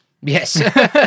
Yes